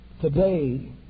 today